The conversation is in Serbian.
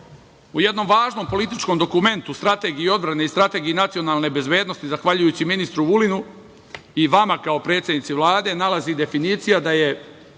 u jednom važnom političkom dokumentu, Strategiji odbrane i Strategiji nacionalne bezbednosti, zahvaljujući ministru Vulinu i vama kao predsednici Vlade, nalazi definicija da je